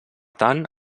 tant